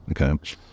Okay